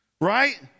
right